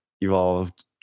evolved